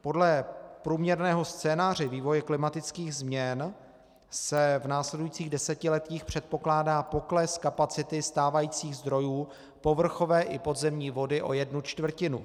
Podle průměrného scénáře vývoje klimatických změn se v následujících desetiletích předpokládá pokles kapacity stávajících zdrojů povrchové i podzemní vody o jednu čtvrtinu.